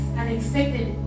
unexpected